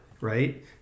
Right